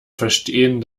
verstehen